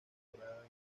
temporada